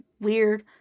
weird